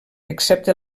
excepte